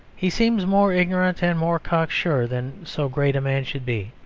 he seems more ignorant and more cocksure than so great a man should be.